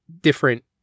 different